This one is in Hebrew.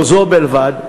לא זו בלבד,